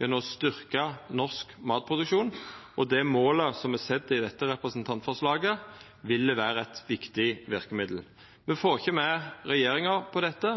gjennom å styrkja norsk matproduksjon, og det målet me set i dette representantforslaget, vil vera eit viktig verkemiddel. Me får ikkje med regjeringa på dette,